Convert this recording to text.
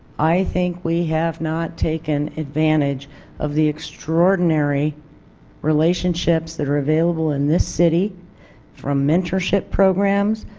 i think we have not taken advantage of the extraordinary relationships that are available in the city from mentorship programs,